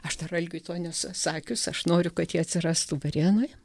aš dar algiui nesu sakius aš noriu kad jie atsirastų varėnoj